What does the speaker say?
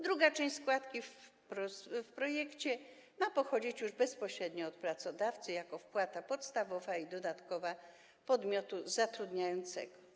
Druga część składki w projekcie ma pochodzić już bezpośrednio od pracodawcy jako wpłata podstawowa i dodatkowa podmiotu zatrudniającego.